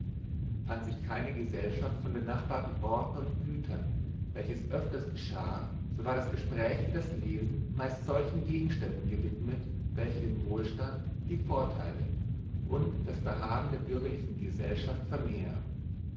fand sich keine gesellschaft von benachbarten orten und gütern welches öfters geschah so war das gespräch wie das lesen meist solchen gegenständen gewidmet welche den wohlstand die vorteile und das behagen der bürgerlichen gesellschaft vermehren